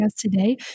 today